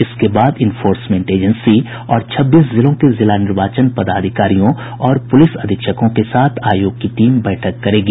इसके बाद enforcement agency और छब्बीस जिलों के जिला निर्वाचन पदाधिकारियों और पुलिस अधीक्षकों के साथ आयोग की टीम बैठक करेगी